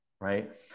right